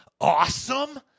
awesome